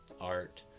art